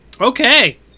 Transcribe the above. Okay